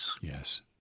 yes